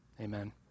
Amen